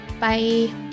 Bye